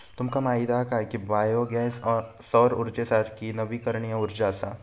तुमका माहीत हा काय की बायो गॅस सौर उर्जेसारखी नवीकरणीय उर्जा असा?